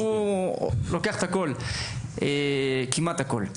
שלוקח כמעט את הכול,